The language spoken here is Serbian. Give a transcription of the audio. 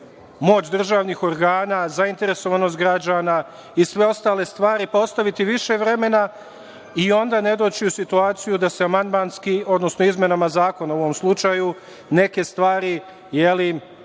moć državnih organa, zainteresovanost građana i sve ostale stvari, pa ostaviti više vremena i onda ne doći u situaciju da se amandmanski, odnosno izmenama zakona u ovom slučaju, neke stvari